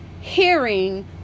hearing